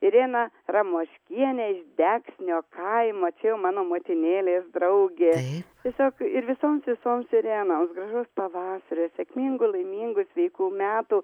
ireną ramoškienę iš deksnio kaimo čia jau mano motinėlės draugė tiesiog ir visoms visoms irenoms gražaus pavasario sėkmingų laimingų sveikų metų